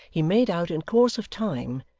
he made out, in course of time,